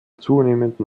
zunehmenden